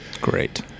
great